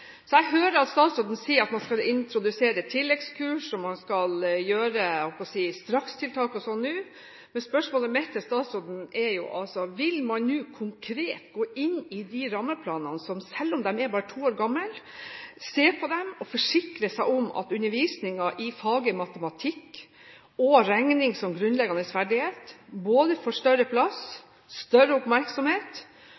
Jeg hører at statsråden sier at man skal introdusere tilleggskurs, og man skal gjøre strakstiltak nå, men spørsmålet mitt er: Vil man nå konkret gå inn i rammeplanene – selv om de bare er to år gamle – og se på dem og forsikre seg om at undervisningen i faget matematikk og regning som grunnleggende ferdighet får større plass